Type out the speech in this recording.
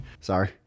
sorry